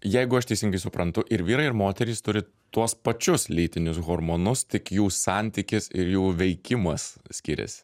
jeigu aš teisingai suprantu ir vyrai ir moterys turi tuos pačius lytinius hormonus tik jų santykis ir jų veikimas skiriasi